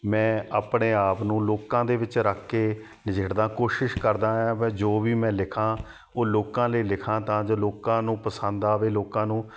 ਮੈਂ ਆਪਣੇ ਆਪ ਨੂੰ ਲੋਕਾਂ ਦੇ ਵਿੱਚ ਰੱਖ ਕੇ ਨਜਿੱਠਦਾ ਕੋਸ਼ਿਸ਼ ਕਰਦਾ ਹਾਂ ਵੀ ਜੋ ਵੀ ਮੈਂ ਲਿਖਾਂ ਉਹ ਲੋਕਾਂ ਲਈ ਲਿਖਾਂ ਤਾਂ ਜੋ ਲੋਕਾਂ ਨੂੰ ਪਸੰਦ ਆਵੇ ਲੋਕਾਂ ਨੂੰ